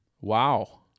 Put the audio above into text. Wow